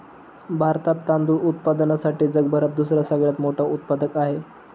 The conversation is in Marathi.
भारतात तांदूळ उत्पादनासाठी जगभरात दुसरा सगळ्यात मोठा उत्पादक आहे